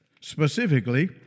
Specifically